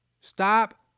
stop